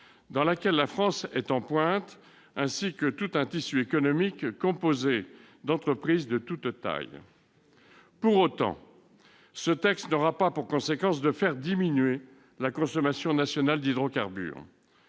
dans laquelle la France est en pointe, ainsi qu'un tissu économique composé d'entreprises de toutes tailles. Pour autant, ce texte n'aura pas pour conséquence de faire diminuer la consommation nationale d'hydrocarbures.